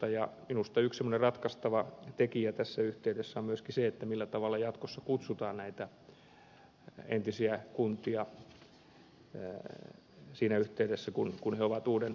minusta yksi semmoinen ratkaistava tekijä tässä yhteydessä on myöskin se millä tavalla jatkossa kutsutaan näitä entisiä kuntia siinä yhteydessä kun ne ovat uuden kunnan osa